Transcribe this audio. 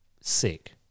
Sick